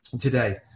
today